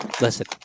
Listen